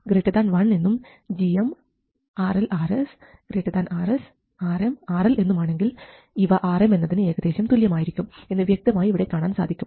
gmRm1 എന്നും gmRLRsRsRmRL എന്നുമാണെങ്കിൽ ഇവ Rm എന്നതിന് ഏകദേശം തുല്യമായിരിക്കും എന്ന് വ്യക്തമായി ഇവിടെ കാണാൻ സാധിക്കും